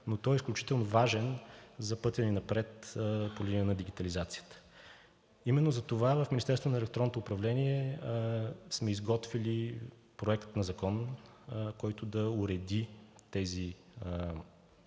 но той е изключително важен за пътя ни напред по линия на дигитализацията. Именно затова в Министерството на електронното управление сме изготвили проект на закон, който да уреди